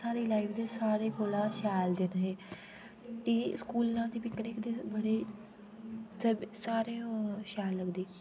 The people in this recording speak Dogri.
साढ़ी लाइफ दे सारे कोला शैल दिन हे ते स्कूला ते फिर बड़े सारे ओ शैल रौहंदे लगदे